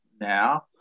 now